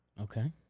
Okay